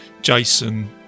jason